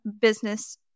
business